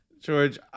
George